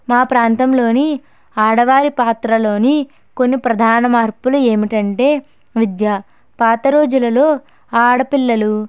మా ప్రాంతంలోని ఆడవారి పాత్రలోని కొన్ని ప్రధాన మార్పులు ఏమిటంటే విద్య పాత రోజులలో ఆడపిల్లలు